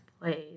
plays